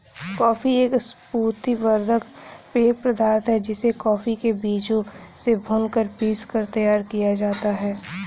coffee एक स्फूर्ति वर्धक पेय पदार्थ है जिसे कॉफी के बीजों से भूनकर पीसकर तैयार किया जाता है